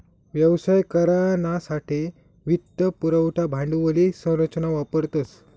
व्यवसाय करानासाठे वित्त पुरवठा भांडवली संरचना वापरतस